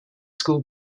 school